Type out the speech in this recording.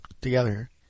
together